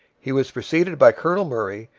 he was preceded by colonel murray,